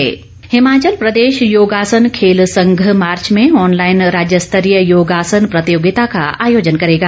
योग हिमाचल प्रदेश योगासन खेल संघ मार्च में ऑनलाईन राज्यस्तरीय योगासन प्रतियोगिता का आयोजन करेगा